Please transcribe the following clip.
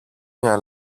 μια